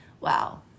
wow